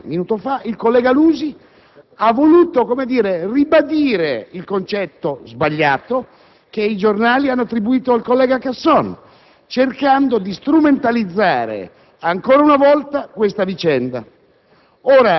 qualche minuto fa il collega Lusi ha voluto ribadire il concetto, sbagliato, che i giornali hanno attribuito al collega Casson, cercando di strumentalizzare ancora una volta questa vicenda.